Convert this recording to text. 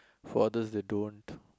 for others they don't